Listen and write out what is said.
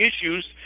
issues